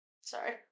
Sorry